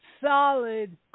solid